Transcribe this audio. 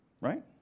right